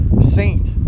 Saint